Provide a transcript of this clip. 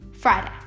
Friday